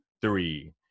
three